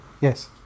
Yes